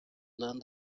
learn